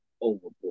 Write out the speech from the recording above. overboard